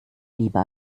lieber